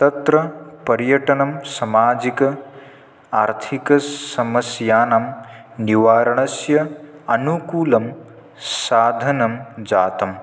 तत्र पर्यटनं सामाजिक र्थिकसमस्यानां निवारणस्य अनुकूलं साधनं जातं